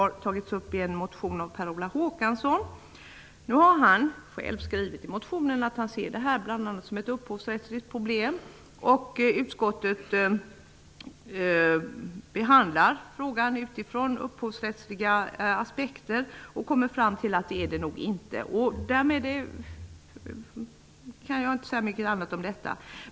Detta har tagits upp i en motion av Per Olof Håkansson. Han har själv i motionen skrivit att han ser detta bl.a. som ett upphovsrättsligt problem. Utskottet behandlar frågan utifrån upphovsrättsliga aspekter och kommer fram till att så nog inte är fallet. Jag kan inte säga så mycket om detta.